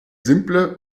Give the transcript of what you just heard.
simple